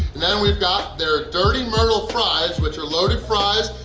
and then we've got their dirty myrtle fries which are loaded fries.